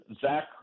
Zach